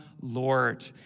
Lord